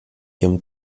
ihrem